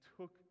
took